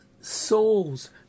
souls